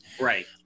Right